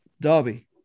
Derby